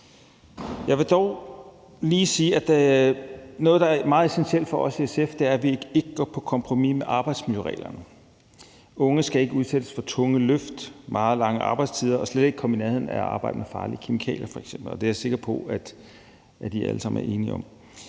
noget, der er meget essentielt for os i SF, er, at vi ikke går på kompromis med arbejdsmiljøreglerne. Unge skal ikke udsættes for tunge løft, meget lange arbejdstider, og de skal slet ikke komme i nærheden af at arbejde med farlige kemikalier f.eks. Det er jeg sikker på vi alle sammen er enige om.